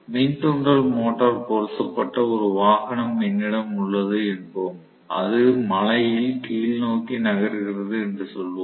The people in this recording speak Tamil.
மின் தூண்டல் மோட்டார் பொருத்தப்பட்ட ஒரு வாகனம் என்னிடம் உள்ளது என்போம் அது மலையில் கீழ் நோக்கி நகர்கிறது என்று சொல்வோம்